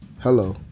Hello